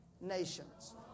nations